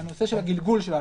הנושא של הגלגול של ההלוואות.